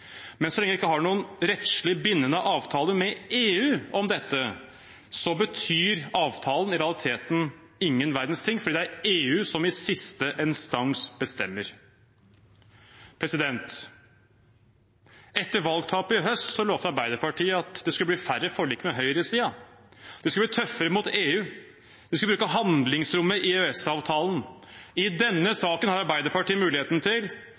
Men så lenge vi ikke har en rettslig bindende avtale med EU om dette, betyr avtalen i realiteten ingen verdens ting, for det er EU som i siste instans bestemmer. Etter valgtapet i høst lovde Arbeiderpartiet at det skulle bli færre forlik med høyresiden. De skulle bli tøffere mot EU. De skulle bruke handlingsrommet i EØS-avtalen. I denne saken har Arbeiderpartiet muligheten til